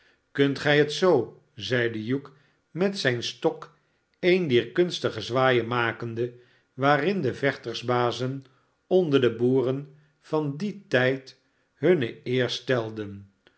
kunt gij het zoo zeide hugh met zijn stok een dier kunstige zwaaien makende waarin de vechtersbazen onder de boeren van dien tijd hunne eer stelden